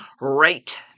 right